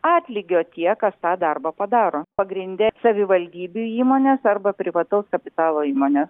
atlygio tie kas tą darbą padaro pagrinde savivaldybių įmonės arba privataus kapitalo įmonės